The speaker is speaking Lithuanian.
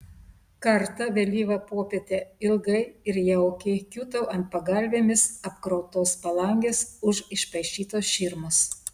kartą vėlyvą popietę ilgai ir jaukiai kiūtau ant pagalvėmis apkrautos palangės už išpaišytos širmos